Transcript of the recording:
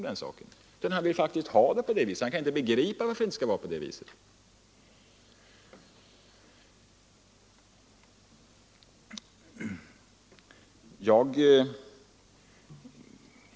Vederbörande vill ha en egen tomt, och han kan inte begripa varför det skall vara på annat sätt.